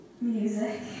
Music